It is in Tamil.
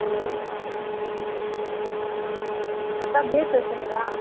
ஹலோ அக்கா தேவி பேசுகிறேன் அக்கா